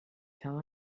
tell